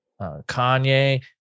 Kanye